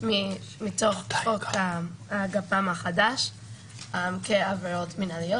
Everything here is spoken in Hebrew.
מתוך חוק הגפ"מ החדש כעבירות מינהליות.